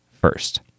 first